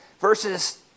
Versus